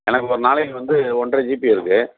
எனக்கு ஒரு நாளைக்கு வந்து ஒன்றரை ஜிபி இருக்குது